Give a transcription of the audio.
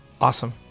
Awesome